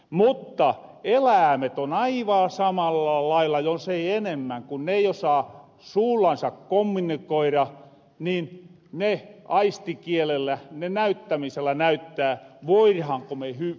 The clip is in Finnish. mutta eläämet aivan samalla lailla jos ei enemmän ku ne ei osaa suullansa kommunikoida niin ne aistikielellä ne näyttämisellä näyttää voihaanko me hyvin